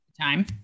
time